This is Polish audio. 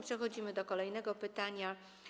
Przechodzimy do kolejnego pytania.